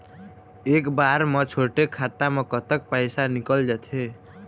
एक बार म छोटे खाता म कतक पैसा निकल जाथे?